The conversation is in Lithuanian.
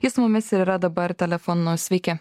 jis su mumis ir yra dabar telefonu sveiki